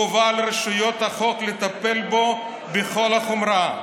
חובה על רשויות החוק לטפל בו בכל החומרה.